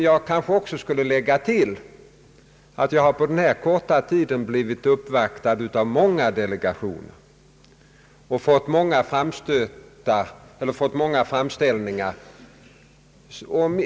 Jag skulle kunna tillägga att jag under den här korta tiden blivit uppvaktad av många delegationer och fått många framställningar, inte minst i den här frågan.